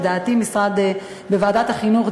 לדעתי, בוועדת החינוך.